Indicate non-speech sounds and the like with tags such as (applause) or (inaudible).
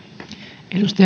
arvoisa (unintelligible)